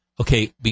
Okay